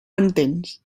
entens